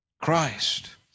Christ